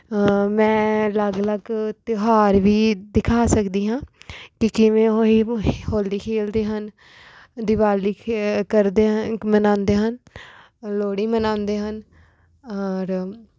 ਮੈਂ ਅਲੱਗ ਅਲੱਗ ਤਿਉਹਾਰ ਵੀ ਦਿਖਾ ਸਕਦੀ ਹਾਂ ਕਿ ਕਿਵੇਂ ਹੋਲੀ ਖੇਡਦੇ ਹਨ ਦੀਵਾਲੀ ਖੇ ਕਰਦੇ ਆ ਕ ਮਨਾਉਂਦੇ ਹਨ ਲੋਹੜੀ ਮਨਾਉਂਦੇ ਹਨ ਔਰ